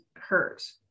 hurt